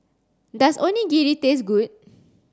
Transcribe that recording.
does Onigiri taste good